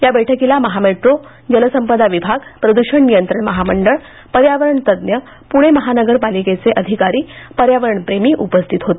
या बैठकीला महामेट्रो जलसंपदा विभाग प्रद्षण नियंत्रण महामंडळ पर्यावरण तज्ज्ञ पुणे महानगरपालिकेचे अधिकारी पर्यावरण प्रेमी उपस्थित होते